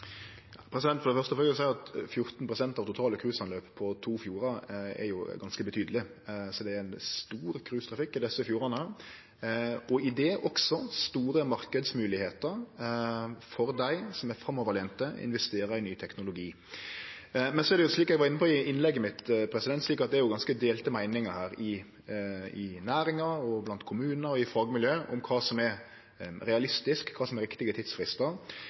For det første vil eg seie at 14 pst. av det totale cruiseanløpet på to fjordar er ganske betydeleg. Det er ein stor cruisetrafikk i desse fjordane og med det også store marknadsmoglegheiter for dei som er framoverlente og investerer i ny teknologi. Men det er, slik eg var inne på i innlegget mitt, ganske delte meiningar i næringa og blant kommunar og i fagmiljø om kva som er realistisk, kva som er riktige